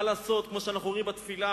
מה לעשות, כמו שאנחנו אומרים בתפילה,